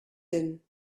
din